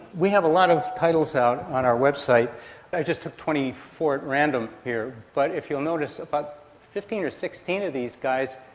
we have a lot of titles out on our website, i just took twenty four at random here, but if you'll notice, about but fifteen or sixteen of these guys,